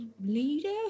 leader